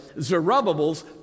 Zerubbabel's